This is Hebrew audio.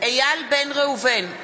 איל בן ראובן,